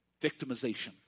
victimization